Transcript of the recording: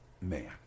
man